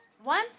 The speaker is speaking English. One